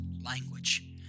language